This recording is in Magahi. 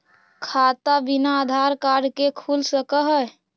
खाता बिना आधार कार्ड के खुल सक है?